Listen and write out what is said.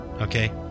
Okay